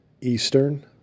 Eastern